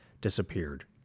disappeared